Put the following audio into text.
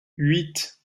huit